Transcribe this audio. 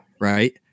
right